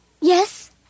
Yes